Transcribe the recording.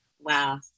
Wow